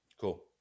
Cool